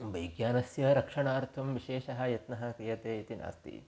bike यानस्य रक्षणार्थं विशेषः यत्नः क्रियते इति नास्ति